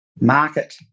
market